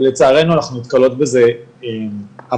ולצערנו אנחנו נתקלות בזה המון.